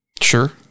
Sure